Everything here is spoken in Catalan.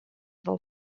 del